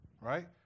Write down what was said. right